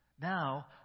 Now